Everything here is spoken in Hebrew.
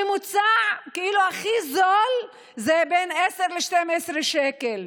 הממוצע, הכי זול זה בין 10 ל-12 שקל,